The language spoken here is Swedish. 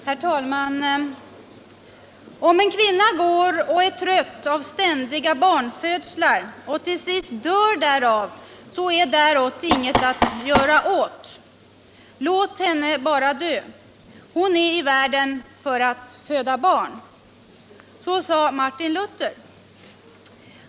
Herr talman! ”Om en kvinna går och är trött av ständiga barnfödslar och till sist dör därav så är däråt inget att göra. Låt henne bara dö. Hon är i världen för att föda barn.” Så sade Martin Luther.